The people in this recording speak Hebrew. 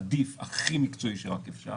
עדיף הכי מקצועי שרק אפשר,